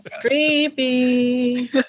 creepy